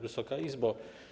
Wysoka Izbo!